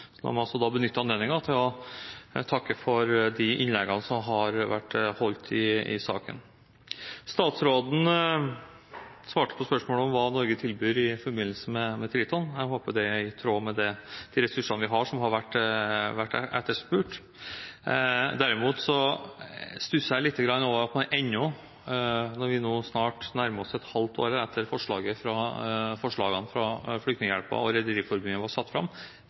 La meg også benytte anledningen til å takke for de innleggene som har vært holdt i saken. Statsråden svarte på spørsmålet om hva Norge tilbyr i forbindelse med Triton. Jeg håper det er i tråd med de ressursene vi har, som har vært etterspurt. Derimot stusser jeg litt over at man, snart et halvt år etter at forslagene fra Flyktninghjelpen og Rederiforbundet ble satt fram,